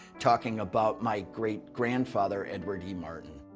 talking about my great-grandfather, edward e. martin.